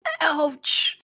Ouch